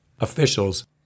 officials